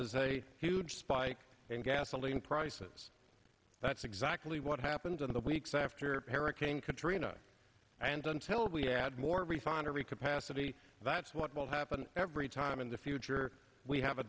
is a huge spike in gasoline prices that's exactly what happened in the weeks after para came katrina and until we had more refinery capacity that's what will happen every time in the future we have a